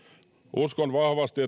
uskon vahvasti